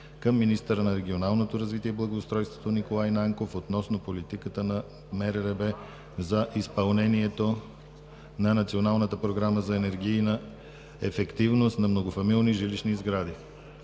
към министъра на регионалното развитие и благоустройството Николай Нанков относно политиката на МРРБ за изпълнението на Националната програма за енергийна ефективност на многофамилни жилищни сгради.